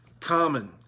common